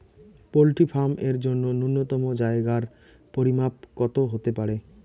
Poultry farm এর জন্য নূন্যতম জায়গার পরিমাপ কত হতে পারে?